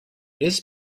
this